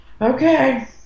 Okay